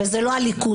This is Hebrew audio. וזה לא הליכוד,